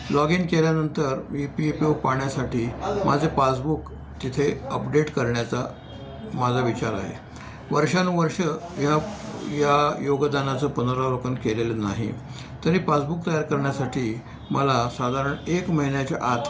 log in केल्यानंतर मी P F O पाहण्यासाठी माझे पासबुक तिथे अपडेट करण्याचा माझा विचार आहे वर्षानुवर्ष या या योगदानाचं पुनरावलोकन केलेलं नाही तरी पासबुक तयार करण्यासाठी मला साधारण एक महिन्याच्या आत